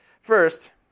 First